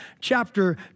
chapter